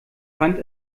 fand